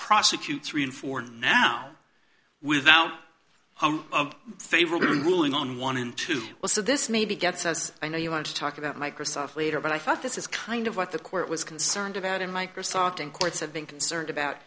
prosecute three and four now without favorable ruling on one and two will so this may be get says i know you want to talk about microsoft later but i thought this is kind of what the court was concerned about and microsoft and courts have been concerned about